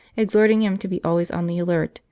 exhorting him to be always on the alert,